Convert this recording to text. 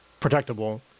protectable